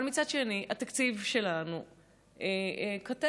אבל מצד שני התקציב שלנו קטן,